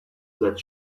that